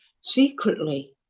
secretly